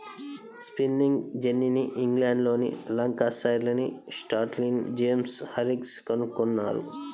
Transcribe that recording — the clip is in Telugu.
స్పిన్నింగ్ జెన్నీని ఇంగ్లండ్లోని లంకాషైర్లోని స్టాన్హిల్ జేమ్స్ హార్గ్రీవ్స్ కనుగొన్నారు